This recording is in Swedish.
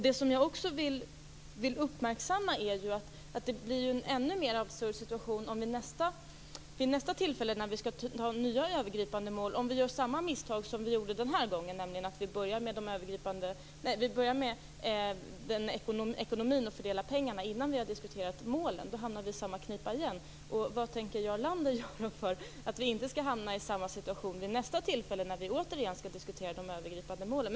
Jag vill också uppmärksamma att det blir en ännu mer absurd situation om vi vid nästa tillfälle när vi skall besluta om nya övergripande mål gör samma misstag som vi gjorde den här gången, nämligen att vi börjar med ekonomin och fördelningen av pengarna innan vi har diskuterat målen. Då hamnar vi i samma knipa igen. Vad tänker Jarl Lander göra för att vi inte skall hamna i samma situation vid nästa tillfälle när vi återigen skall diskutera de övergripande målen?